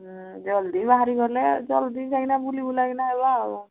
ଜଲଦି ବାହାରି ଗଲେ ଜଲଦି ଯାଇକିନା ବୁଲିବୁଲା କି ନା ଆଇବା ଆଉ